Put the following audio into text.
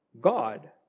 God